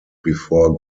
before